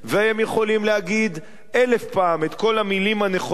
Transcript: הם יכולים להגיד אלף פעם את כל המלים הנכונות